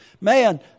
Man